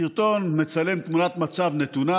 סרטון מצלם תמונת מצב נתונה.